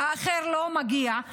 לאחר לא מגיע.